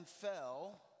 fell